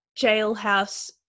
Jailhouse